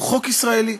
הוא חוק ישראלי.